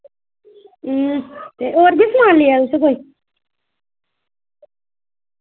ते और बि समान लेआ तुसें कोई